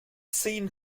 seen